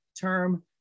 term